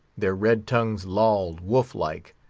their red tongues lolled, wolf-like,